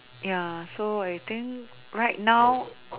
ya so I think right now